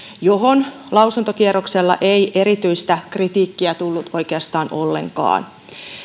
johon lausuntokierroksella ei erityistä kritiikkiä tullut oikeastaan ollenkaan